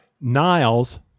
Niles